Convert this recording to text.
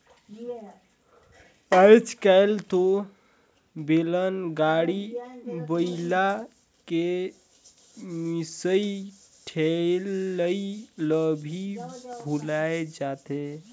आयज कायल तो बेलन, गाड़ी, बइला के मिसई ठेलई ल भी भूलाये जाथे